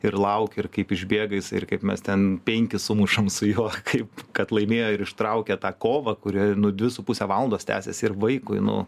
ir lauki ir kaip išbėga jis ir kaip mes ten penkis sumušam su juo kaip kad laimėjo ir ištraukė tą kovą kuri nu dvi su pusę valandos tęsėsi ir vaikui nu